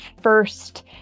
first